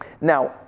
Now